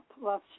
plus